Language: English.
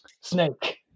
Snake